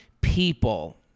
people